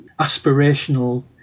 aspirational